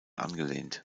angelehnt